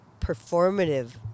performative